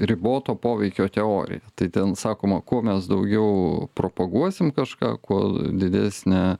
riboto poveikio teorija tai ten sakoma kuo mes daugiau propaguosim kažką kuo didesnę